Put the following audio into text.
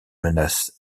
menaces